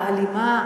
האלימה,